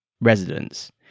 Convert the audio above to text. Residents